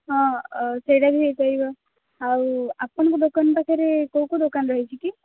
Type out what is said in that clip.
ହଁ ସେଇଟା ବି ହେଇପାରିବ ଆଉ ଆପଣଙ୍କ ଦୋକାନ ପାଖରେ କେଉଁ କେଉଁ ଦୋକାନ ରହିଛି କି